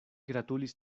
gratulis